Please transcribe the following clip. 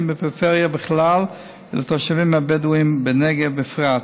בפריפריה בכלל ושל התושבים הבדואים בנגב בפרט.